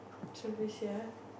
service yard